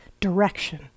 direction